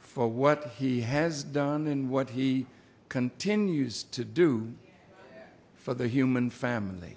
for what he has done and what he continues to do for the human family